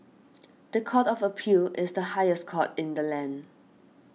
the Court of Appeal is the highest court in the land